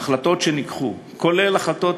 ההחלטות שהתקבלו, כולל החלטות